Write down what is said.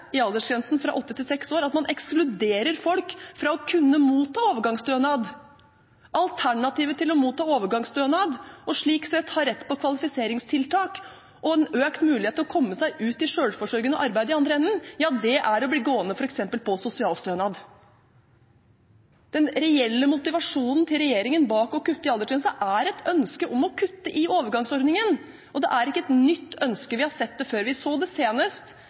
i aldersgrensen fra åtte til seks år, er at man ekskluderer folk fra å kunne motta overgangsstønad. Alternativet til å motta overgangsstønad og slik sett ha rett til kvalifiseringstiltak og en økt mulighet til å komme seg ut i selvforsørgende arbeid i den andre enden, er å bli gående på f.eks. sosialstønad. Den reelle motivasjonen til regjeringen bak det å kutte i aldersgrensen er et ønske om å kutte i overgangsordningen. Det er ikke et nytt ønske. Vi har sett det før. Vi så det senest